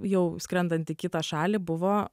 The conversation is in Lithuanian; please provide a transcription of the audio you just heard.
jau skrendant į kitą šalį buvo